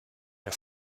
der